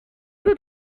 tout